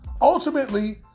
ultimately